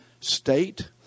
state